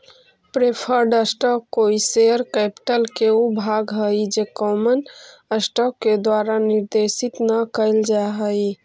preferred stock कोई share capital के ऊ भाग हइ जे कॉमन स्टॉक के द्वारा निर्देशित न कैल जा हइ